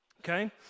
Okay